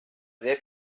sehr